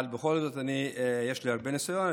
אבל בכל זאת יש לי הרבה ניסיון.